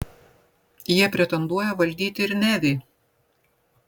jie pretenduoja valdyti ir nevį